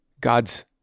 God's